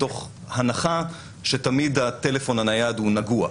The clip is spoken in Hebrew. מתוך הנחה שתמיד הטלפון הנייד הוא נגוע,